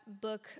book